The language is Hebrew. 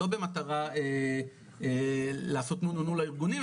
לא במטרה לעשות נו נו נו לארגונים,